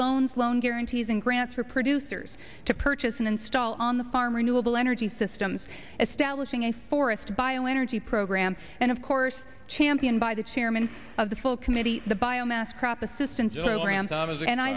loans loan guarantees and grants for producers to purchase and install on the farm renewable energy systems establishing a forest bille energy program and of course championed by the chairman of the full committee the biomass crop assistan